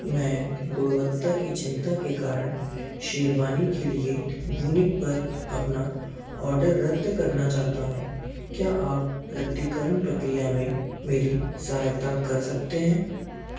मैं गुणवत्ता की चिंता के कारण शेरवानी के लिए वूनिक पर अपना ऑर्डर रद्द करना चाहता हूँ क्या आप रद्दीकरण प्रक्रिया में मेरी सहायता कर सकते हैं